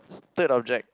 third object